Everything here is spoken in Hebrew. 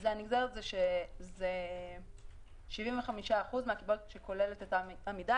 הנגזרת זה שזה 75% מהקיבולת שכוללת את העמידה.